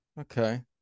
okay